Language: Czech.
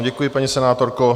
Děkuji vám, paní senátorko.